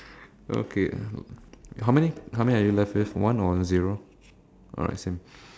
okay okay how many how many are you left with one or zero alright same